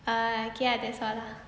ah okay ah that's all lah